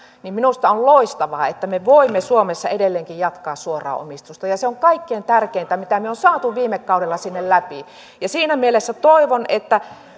niin minusta on loistavaa että me voimme suomessa edelleenkin jatkaa suoraa omistusta ja se on kaikkein tärkeintä mitä me olemme saaneet viime kaudella sinne läpi siinä mielessä toivon että